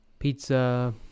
Pizza